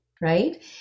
right